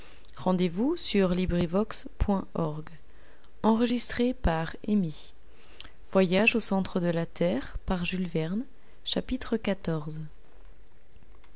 au centre de la